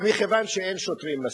ומכיוון שאין שוטרים מספיק,